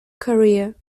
career